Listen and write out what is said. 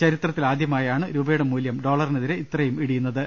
ചരിത്രത്തിൽ ആദ്യ മായാണ് രൂപയുടെ മൂല്യം ഡോളറിനെതിരെ ഇത്രയും ഇടിയുന്ന ത്